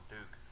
Duke